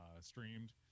streamed